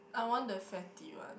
I want the fatty one